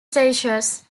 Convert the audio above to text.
seizures